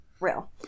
real